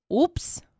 Oops